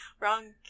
Wrong